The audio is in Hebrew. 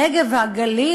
הנגב והגליל,